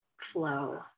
flow